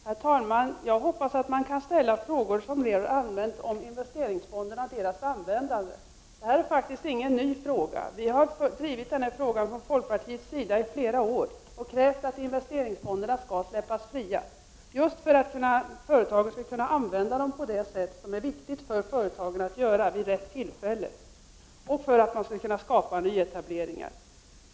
Herr talman! Jag hoppas att man kan ställa allmänna frågor om investeringsfonderna och deras användande. Det här är faktiskt ingen ny fråga. Vi har från folkpartiets sida drivit den här frågan under flera år. Vi har krävt att investeringsfonderna skall släppas fria för att företagen på rätt sätt och vid rätt tillfälle skall kunna använda dem för sådant som är viktigt och för att man skall kunna skapa nyetableringar.